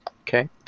okay